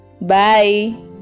Bye